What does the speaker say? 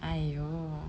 !aiyo!